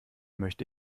möchte